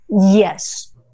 yes